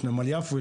נמל יפו,